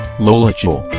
lola chuil